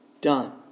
done